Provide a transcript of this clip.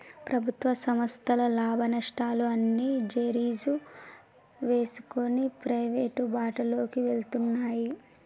ప్రభుత్వ సంస్థల లాభనష్టాలు అన్నీ బేరీజు వేసుకొని ప్రైవేటు బాటలోకి వెళ్తున్నాయి